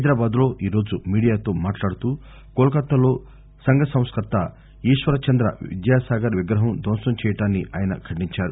హైదరాబాద్లో ఈ రోజు మీడియాతో మాట్లాడుతూ కోల్కతాలో సంఘ సంస్కర్త ఈశ్వరచంది విద్యాసాగర్ విగ్రహం ధ్వంసం చేయటాన్ని ఆయన ఖండించారు